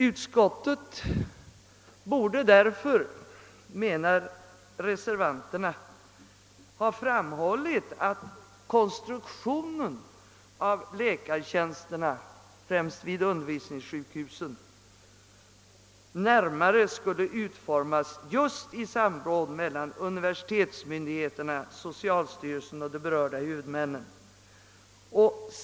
Utskottet borde därför menar reservanterna, ha framhållit att läkartjänsternas konstruktion främst vid undervisningssjukhusen närmare skulle utformas just i samråd mellan universitetsmyndigheterna, socialstyrelsen och de berörda sjukvårdshuvudmännen.